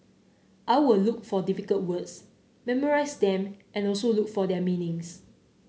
I will look for difficult words memorize them and also look for their meanings